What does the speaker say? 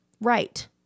Right